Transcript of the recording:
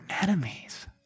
enemies